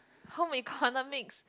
home economics